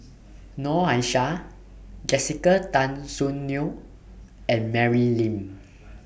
Noor Aishah Jessica Tan Soon Neo and Mary Lim